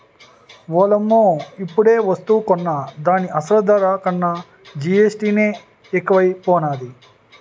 ఓలమ్మో ఇప్పుడేవస్తువు కొన్నా దాని అసలు ధర కన్నా జీఎస్టీ నే ఎక్కువైపోనాది